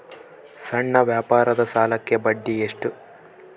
ಸಣ್ಣ ವ್ಯಾಪಾರದ ಸಾಲಕ್ಕೆ ಬಡ್ಡಿ ಎಷ್ಟು?